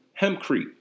hempcrete